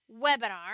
webinar